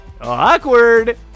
Awkward